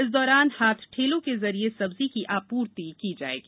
इस दौरान हाथठेलों के जरिए सब्जी की आपूर्ति की जायेगी